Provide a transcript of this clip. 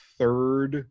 third